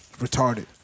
Retarded